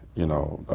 you know,